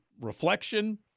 reflection